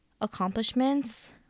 accomplishments